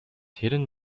hidden